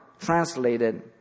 translated